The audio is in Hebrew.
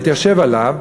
התיישב עליו,